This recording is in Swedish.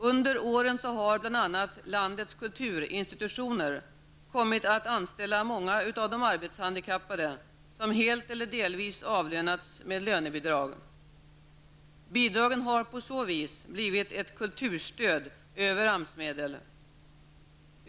Under åren har bl.a. landets kulturinstitutioner kommit att anställa många av de arbetshandikappade som helt eller delvis avlönats med lönebidrag. Bidragen har på så vis blivit ett kulturstöd över AMS-medel.